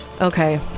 Okay